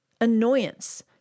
annoyance